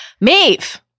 Maeve